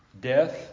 death